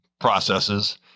processes